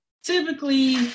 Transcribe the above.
typically